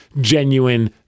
genuine